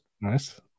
nice